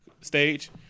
stage